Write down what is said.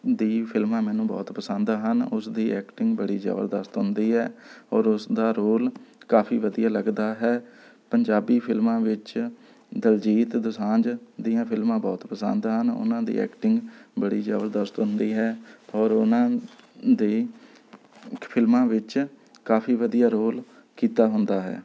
ਦੀ ਫਿਲਮਾਂ ਮੈਨੂੰ ਬਹੁਤ ਪਸੰਦ ਹਨ ਉਸਦੀ ਐਕਟਿੰਗ ਬੜੀ ਜਬਰਦਸਤ ਹੁੰਦੀ ਹੈ ਔਰ ਉਸਦਾ ਰੌਲ ਕਾਫ਼ੀ ਵਧੀਆ ਲੱਗਦਾ ਹੈ ਪੰਜਾਬੀ ਫਿਲਮਾਂ ਵਿੱਚ ਦਲਜੀਤ ਦੋਸਾਂਝ ਦੀਆਂ ਫਿਲਮਾਂ ਬਹੁਤ ਪਸੰਦ ਹਨ ਉਨ੍ਹਾਂ ਦੀ ਐਕਟਿੰਗ ਬੜੀ ਜਬਰਦਸਤ ਹੁੰਦੀ ਹੈ ਔਰ ਉਹਨਾਂ ਦੀ ਫਿਲਮਾਂ ਵਿੱਚ ਕਾਫ਼ੀ ਵਧੀਆ ਰੌਲ ਕੀਤਾ ਹੁੰਦਾ ਹੈ